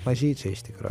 mažyčiai iš tikro